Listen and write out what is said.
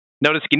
Notice